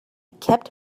kept